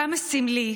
כמה סמלי,